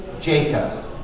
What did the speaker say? Jacob